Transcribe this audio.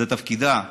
זה תפקידה: